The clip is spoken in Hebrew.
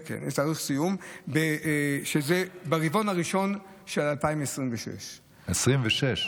כן, יש תאריך סיום, ברבעון הראשון של 2026. 2026?